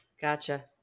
Gotcha